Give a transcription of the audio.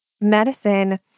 medicine